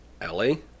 Ellie